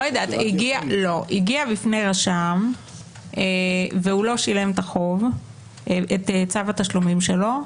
הגיע בפני רשם והוא לא שילם את צו התשלומים שלו,